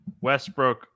Westbrook